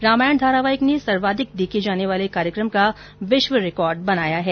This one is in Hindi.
रामायण धारावाहिक ने सर्वाधिक देखे जाने वाले कार्यक्रम का विश्व रिकॉर्ड बनाया है